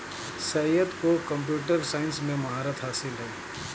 सैयद को computer science में महारत हासिल है